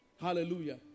Hallelujah